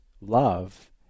love